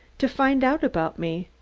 to find out about me,